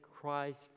Christ